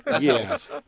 yes